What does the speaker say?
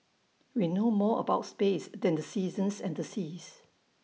we know more about space than the seasons and the seas